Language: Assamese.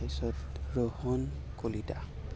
তাৰপিছত ৰোহণ কলিতা